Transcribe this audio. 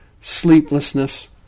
sleeplessness